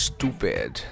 Stupid